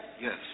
Yes